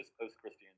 post-Christian